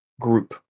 group